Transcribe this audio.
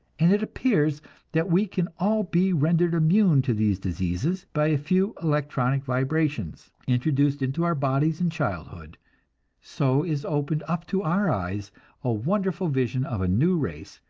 and it appears that we can all be rendered immune to these diseases, by a few electronic vibrations, introduced into our bodies in childhood so is opened up to our eyes a wonderful vision of a new race,